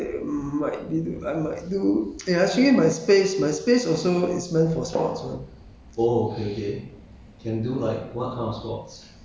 err not really ah today no lah but I um might be doing I might do eh actually my space my space also is meant for sports [one]